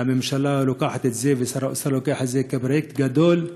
והממשלה לוקחת את זה ושר האוצר לוקח את זה כפרויקט גדול,